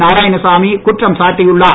நாராயணசாமி குற்றம் சாட்டியுள்ளார்